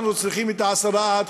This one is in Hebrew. אנחנו צריכים 10 15